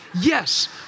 Yes